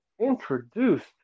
introduced